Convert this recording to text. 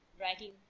writing